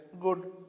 good